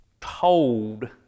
told